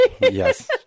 Yes